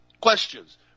questions